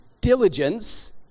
diligence